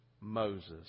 Moses